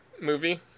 movie